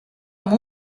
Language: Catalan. amb